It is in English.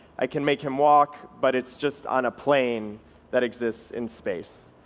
i can make him walk, but it's just on a plane that exists in space,